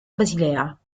basilea